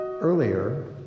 earlier